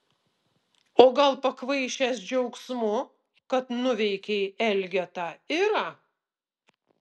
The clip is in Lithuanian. o gal pakvaišęs džiaugsmu kad nuveikei elgetą irą